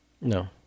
No